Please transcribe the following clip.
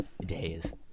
days